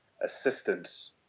assistance